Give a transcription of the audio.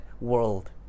world